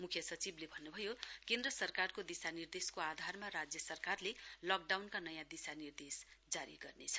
मुख्य सचिवले भन्नु भयो केन्द्र सरकारको दिशानिर्देशको आधारमा राज्य सरकारले लकडाउनका नयाँ दिशा निर्देश जारी गर्नेछ